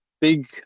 big